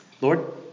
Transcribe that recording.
Lord